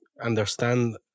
understand